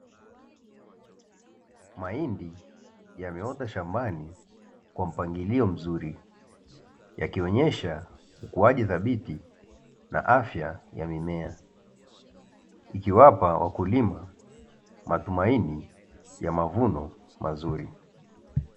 Mahindi yameota shambani kwa mpangilio mzuri, yakionyesha ukuaji thabiti na afya ya mimea, ikiwapa wakulima matumaini ya mavuno mazuri.